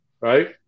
right